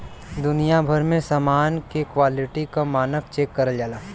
दुनिया भर में समान के क्वालिटी क मानक चेक करल जाला